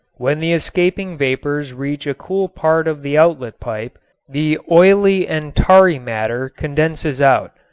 when the escaping vapors reach a cool part of the outlet pipe the oily and tarry matter condenses out.